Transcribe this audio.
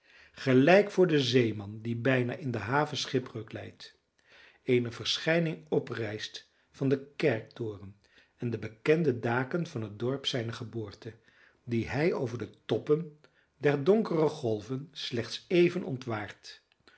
gelijk voor den zeeman die bijna in de haven schipbreuk lijdt eene verschijning oprijst van den kerktoren en de bekende daken van het dorp zijner geboorte die hij over de toppen der donkere golven slechts even ontwaart